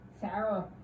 Sarah